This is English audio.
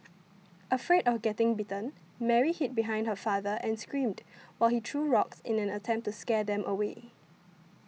afraid of getting bitten Mary hid behind her father and screamed while he threw rocks in an attempt to scare them away